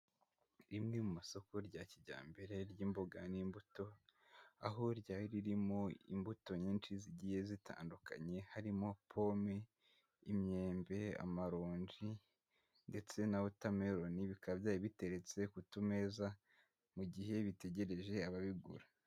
Rimwe musoko rya kijyambere ry'imboga n'imbuto, aho ryari ririmo imbuto nyinshi zigiye zitandukanye harimo pome, imyembe, amaronji ndetse na wotameroni, bikaba byari biteretse ku tumeza mu gihe bitegereje ababigura.